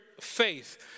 faith